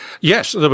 Yes